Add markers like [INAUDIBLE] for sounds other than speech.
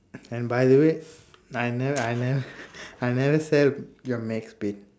and by the way I never I never [LAUGHS] I never sell your max payne